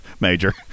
major